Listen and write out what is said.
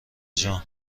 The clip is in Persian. جان